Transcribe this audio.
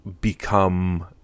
become